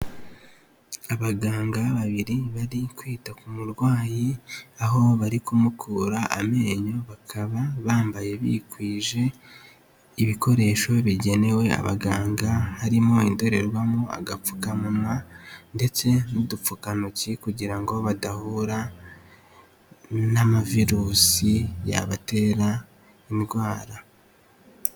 Abaganga babiri bari kwita ku murwayi aho bari kumukura amenyo, bakaba bambaye bikwije ibikoresho bigenewe abaganga harimo indorerwamo, agapfukamunwa ndetse n'udupfukantoki kugira ngo badahura n'amavirusi yabatera indwara.